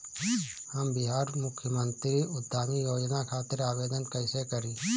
हम बिहार मुख्यमंत्री उद्यमी योजना खातिर आवेदन कईसे करी?